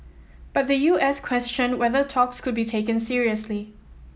but the U S questioned whether talks could be taken seriously